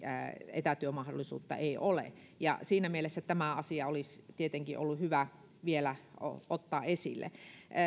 etätyömahdollisuutta ei ole siinä mielessä tämä asia olisi tietenkin ollut hyvä vielä ottaa esille